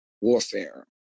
warfare